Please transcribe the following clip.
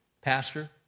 Pastor